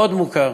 מאוד מוכר,